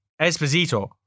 Esposito